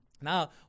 Now